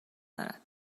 دارد